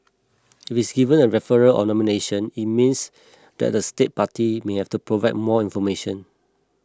if it is given a referral of nomination it means that a state party may have to provide more information